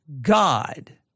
God